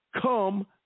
come